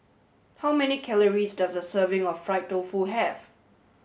how many calories does a serving of Fried Tofu have